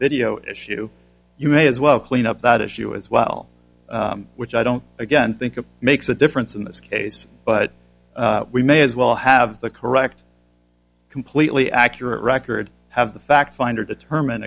video issue you may as well clean up that issue as well which i don't again think it makes a difference in this case but we may as well have the correct completely accurate record have the fact finder determine